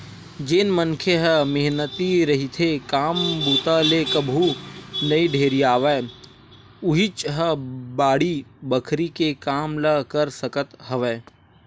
जेन मनखे ह मेहनती रहिथे, काम बूता ले कभू नइ ढेरियावय उहींच ह बाड़ी बखरी के काम ल कर सकत हवय